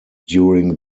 during